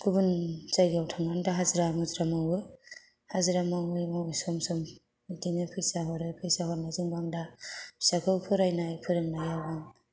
गुबुन जायगायाव थांनानै दा हाजिरा मुजिरा मावो हाजिरा मावै मावै सम सम बिदिनो फैसा हरो फैसा हरनायजोंबो दा फिसाखौ फरायनाय फोरोंनायाव आं